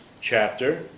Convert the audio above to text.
chapter